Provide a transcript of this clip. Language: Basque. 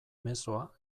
mezzoa